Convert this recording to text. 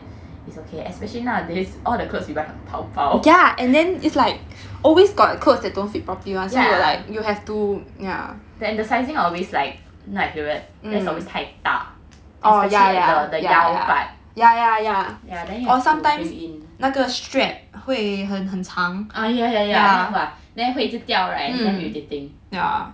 ya it's okay especially nowadays all the clothes you buy from 淘宝 ya and the sizing always like not accurate that's always 太大 especially at the the 腰 part ya you have to bring in uh ya ya ya then !wah! then 会一直掉 right damn irritating